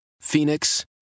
Phoenix